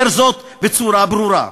אומר זאת בצורה ברורה.